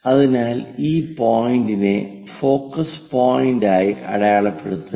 അതിനാൽ ഈ പോയിന്റിനെ ഫോക്കസ് പോയിന്റായി അടയാളപ്പെടുത്തുക